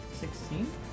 Sixteen